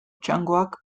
txangoak